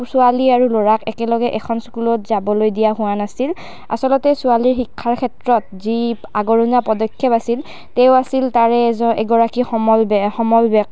ছোৱালী আৰু ল'ৰাক একেলগে এখন স্কুলত যাবলৈ দিয়া হোৱা নাছিল আচলতে ছোৱালীৰ শিক্ষাৰ ক্ষেত্ৰত যি আগৰনুৱা পদক্ষেপ আছিল তেওঁ আছিল তাৰে এগৰাকী সমল বে সমল ব্যক্তি